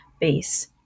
base